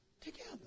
together